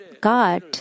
God